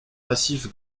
massif